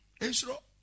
Israel